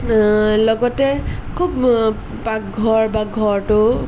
লগতে খুব পাকঘৰ বা ঘৰটো